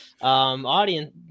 audience